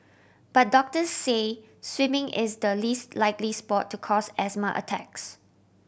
but doctor say swimming is the least likely sport to cause asthma attacks